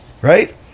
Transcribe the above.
right